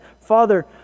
Father